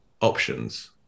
options